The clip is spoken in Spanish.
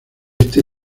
este